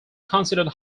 considered